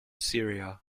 syria